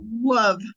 Love